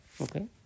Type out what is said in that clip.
okay